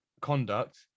conduct